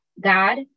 God